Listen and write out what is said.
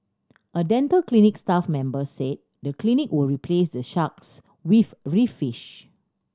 a dental clinic staff member said the clinic would replace the sharks with reef fish